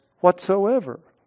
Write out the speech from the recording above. whatsoever